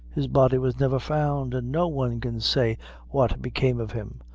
his body was never found and no one can say what became of him.